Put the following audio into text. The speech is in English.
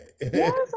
yes